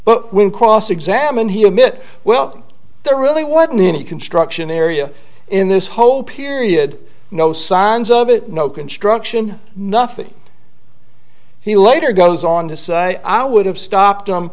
but when cross examine him it well there really wasn't any construction area in this whole period no signs of it no construction nothing he later goes on to say i would have stopped him